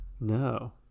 No